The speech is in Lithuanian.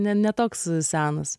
ne ne toks senas